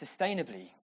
sustainably